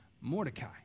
Mordecai